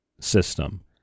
system